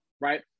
right